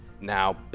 now